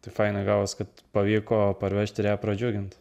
tai fainai gavos kad pavyko parvežti ir ją pradžiuginti